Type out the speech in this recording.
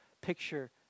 picture